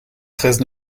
treize